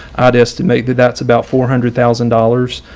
i'd estimate that that's about four hundred thousand dollars.